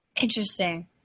Interesting